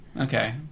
Okay